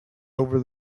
over